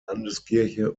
landeskirche